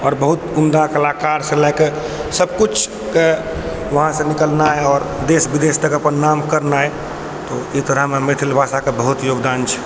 आओर बहुत उम्दा कलाकार सँ लऽ कऽ सबकिछु कए वहाँ सँ निकलनाइ आओर देश विदेश तक अपन नाम करनाइ एकरा मे मैथिल भाषा के बहुत योगदान छै